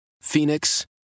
Phoenix